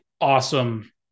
awesome